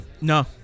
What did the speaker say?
no